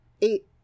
eight